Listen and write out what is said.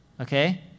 okay